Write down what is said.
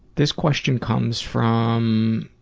this question comes from